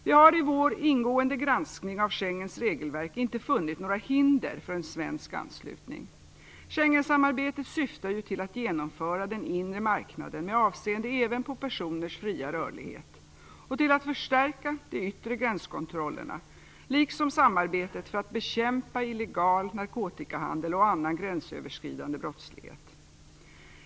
Vi har i vår ingående granskning av Schengensamarbetets regelverk inte funnit några hinder för en svensk anslutning. Schengensamarbetet syftar ju till att genomföra den inre marknaden med avseende även på personers fira rörlighet och till att förstärka de yttre gränskontrollerna liksom samarbetet för att bekämpa illegal narkotikahandel och annan gränsöverskridande brottslighet.